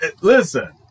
listen